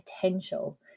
potential